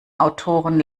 autoren